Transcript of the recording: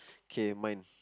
K mine